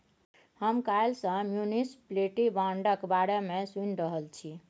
हम काल्हि सँ म्युनिसप्लिटी बांडक बारे मे सुनि रहल छी